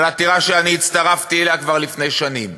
על עתירה שאני הצטרפתי אליה כבר לפני שנים.